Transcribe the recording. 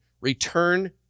Return